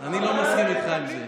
אני לא מסכים איתך על זה.